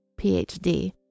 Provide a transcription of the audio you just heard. PhD